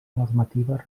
normativa